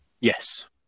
Yes